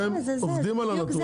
אתם עובדים על הנתון.